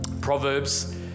Proverbs